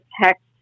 protect